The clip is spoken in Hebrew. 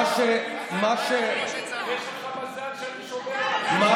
יש לך מזל שאני שומר, מה